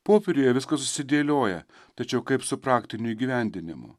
popieriuje viskas susidėlioja tačiau kaip su praktiniu įgyvendinimu